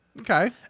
Okay